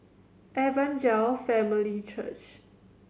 Evangel Family Church